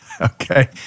Okay